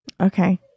Okay